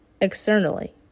externally